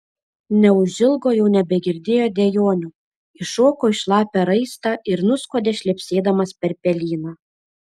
neužilgo jau nebegirdėjo dejonių iššoko į šlapią raistą ir nuskuodė šlepsėdamas per pelyną